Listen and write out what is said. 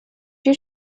you